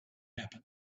happen